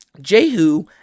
jehu